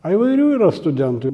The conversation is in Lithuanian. a įvairių yra studentų